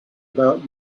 about